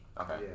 Okay